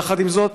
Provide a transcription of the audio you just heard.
יחד עם זאת,